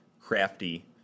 crafty